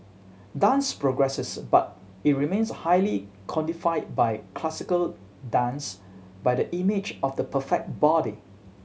dance progresses but it remains highly codified by classical dance by the image of the perfect body